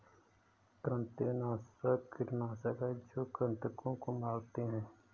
कृंतकनाशक कीटनाशक हैं जो कृन्तकों को मारते हैं